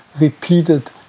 repeated